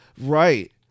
right